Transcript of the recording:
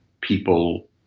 people